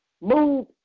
Move